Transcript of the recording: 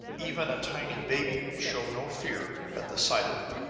even a tiny baby will show no fear at the sight of it.